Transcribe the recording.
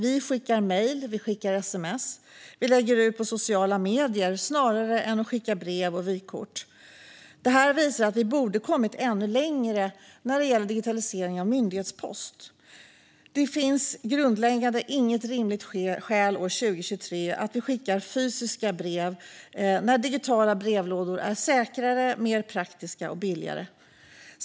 Vi skickar mejl och sms och lägger ut på sociala medier snarare än skickar brev och vykort. Detta visar att vi borde ha kommit ännu längre med digitaliseringen av myndighetspost. Det finns i grunden inget rimligt skäl till att vi år 2023 skickar fysiska brev när digitala brevlådor är säkrare, mer praktiska och billigare.